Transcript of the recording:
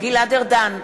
גלעד ארדן,